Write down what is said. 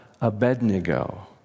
Abednego